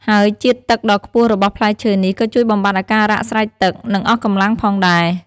ហើយជាតិទឹកដ៏ខ្ពស់របស់ផ្លែឈើនេះ ក៏ជួយបំបាត់អាការៈស្រេកទឹក និងអស់កម្លាំងផងដែរ។